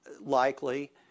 likely